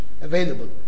available